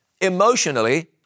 emotionally